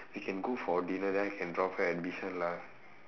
we can go for dinner then I can drop her at bishan lah